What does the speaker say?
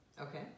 Okay